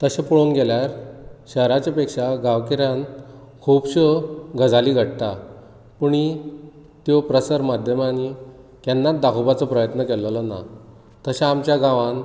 तशें पळोवंक गेल्यार शहराच्या पेक्षा गांवगिऱ्यांत खुबश्यो गजाली घडटात पूणी त्यो प्रसार माध्यमांनी केन्नाच दाखोवपाचो प्रयत्न केल्लोलो ना तशे आमच्या गांवांत